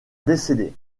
décédé